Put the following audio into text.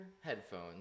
headphones